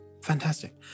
Fantastic